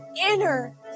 inner